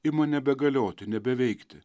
ima nebegalioti nebeveikti